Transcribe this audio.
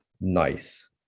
nice